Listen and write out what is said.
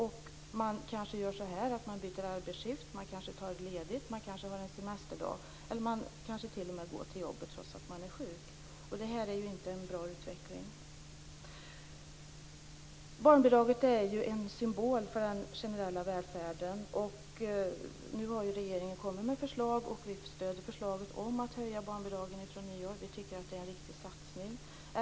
I stället byter man kanske arbetsskift, tar ledigt, tar ut en semesterdag eller kanske t.o.m. går till jobbet trots att man är sjuk. Detta är ju inte en bra utveckling. Barnbidraget är ju en symbol för den generella välfärden. Nu har regeringen kommit med förslag om att höja barnbidragen från nyår, och vi stöder förslaget. Vi tycker att det är en riktig satsning.